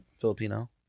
Filipino